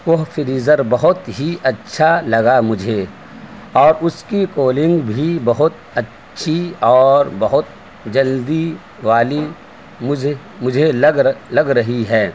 وہ فریزر بہت ہی اچھا لگا مجھے اور اس کی کولنگ بھی بہت اچھی اور بہت جلدی والی مجھے مجھے لگ رہ لگ رہی ہے